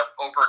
over